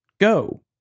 go